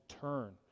turn